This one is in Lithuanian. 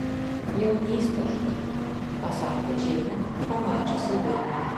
jaunystę žudai pasakė džeinė pamačiusi luinį